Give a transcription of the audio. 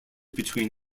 between